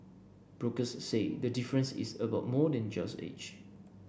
brokers say the difference is about more than just age